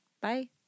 Bye